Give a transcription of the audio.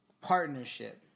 partnership